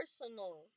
personal